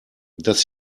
dass